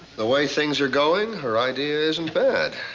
the way things are going, her idea isn't bad.